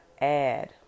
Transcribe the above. add